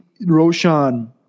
Roshan